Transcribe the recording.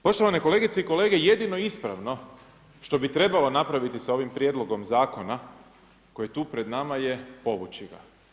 Poštovane kolegice i kolege, jedino ispravno što bi trebalo napraviti sa ovim prijedlogom zakona koji je tu pred nama je povući ga.